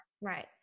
Right